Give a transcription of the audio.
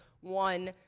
one